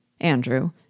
Andrew